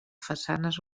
façanes